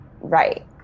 Right